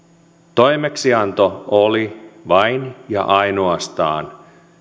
toimeksianto oli vain ja ainoastaan